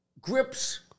grips